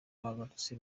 bagarutse